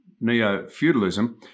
neo-feudalism